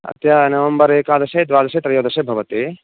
आहत्य नवम्बर् एकादशे द्वादशे त्रयोदशे भवति